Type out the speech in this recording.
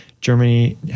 Germany